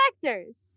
Collectors